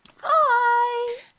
Hi